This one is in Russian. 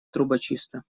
трубочиста